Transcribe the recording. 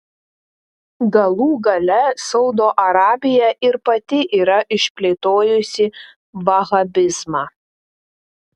galų gale saudo arabija ir pati yra išplėtojusi vahabizmą